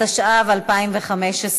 התשע"ו 2015,